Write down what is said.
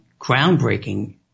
groundbreaking